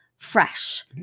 Fresh